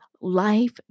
life